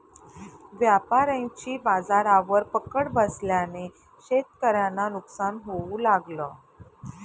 व्यापाऱ्यांची बाजारावर पकड बसल्याने शेतकऱ्यांना नुकसान होऊ लागलं